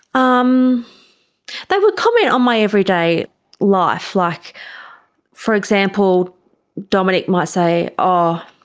um they would comment on my everyday life, like for example dominic might say, oh,